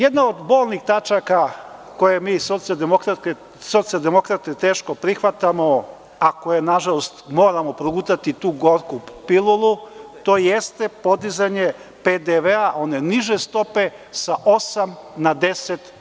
Jedna od bolnih tačaka koje mi socijaldemokrate teško prihvatamo, a nažalost, moramo progutati tu gorku pilulu, to jeste podizanje PDV-a, one niže stope sa 8% na 10%